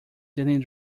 dealing